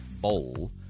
Bowl